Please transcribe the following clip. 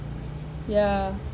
yeah